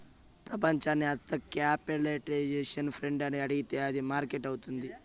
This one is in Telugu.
ప్రపంచాన్ని అంత క్యాపిటలైజేషన్ ఫ్రెండ్ అని అడిగితే అది మార్కెట్ అవుతుంది